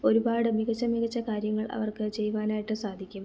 ഒരുപാട് മികച്ച മികച്ച കാര്യങ്ങൾ അവർക്ക് ചെയ്യുവാനായിട്ട് സാധിക്കും